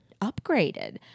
upgraded